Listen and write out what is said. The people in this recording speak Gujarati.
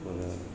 મને